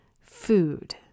food